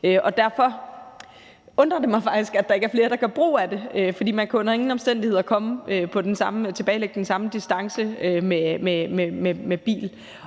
derfor undrer det mig faktisk, at der ikke er flere, der gør brug af den. For man kan under ingen omstændigheder tilbagelægge den samme distance med bil